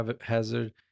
hazard